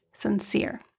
sincere